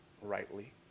rightly